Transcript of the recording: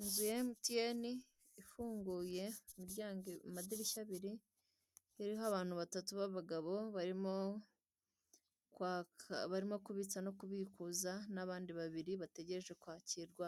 Inzu ya MTN ifunguye amadirishya abiri, iriho abantu batatu b'abagabo barimo barimo kubitsa no kubikuza, n'abandi babiri bategereje kwakirwa